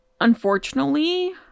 unfortunately